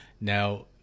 Now